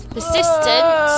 Persistent